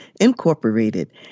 Incorporated